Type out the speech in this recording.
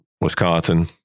Wisconsin